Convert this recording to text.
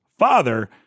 father